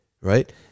right